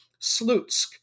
Slutsk